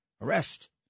arrest